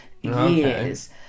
years